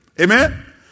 Amen